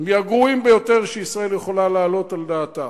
מהגרועים ביותר שישראל יכולה להעלות על דעתה.